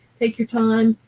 take your time.